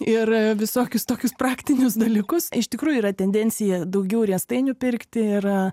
ir visokius tokius praktinius dalykus iš tikrųjų yra tendencija daugiau riestainių pirkti yra